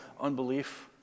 unbelief